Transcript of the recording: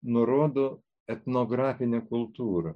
nurodo etnografinę kultūrą